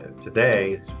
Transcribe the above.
today